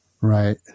Right